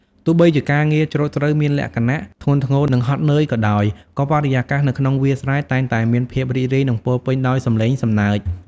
ទោះបីជាការងារច្រូតស្រូវមានលក្ខណៈធ្ងន់ធ្ងរនិងហត់នឿយក៏ដោយ ក៏បរិយាកាសនៅក្នុងវាលស្រែតែងតែមានភាពរីករាយនិងពោរពេញដោយសំឡេងសំណើច។